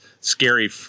scary